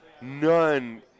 None